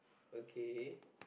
okay